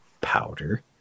Powder